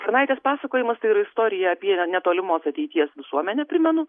tarnaitės pasakojimas tai yra istorija apie netolimos ateities visuomenę primenu